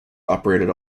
operated